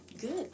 Good